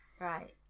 right